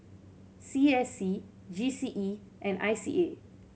C S C G C E and I C A